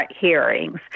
hearings